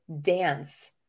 dance